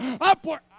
upward